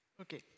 Okay